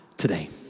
today